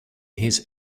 his